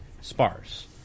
sparse